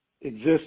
exists